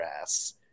ass